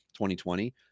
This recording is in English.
2020